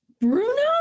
Bruno